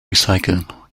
recyceln